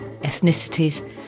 ethnicities